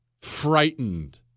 Frightened